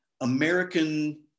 American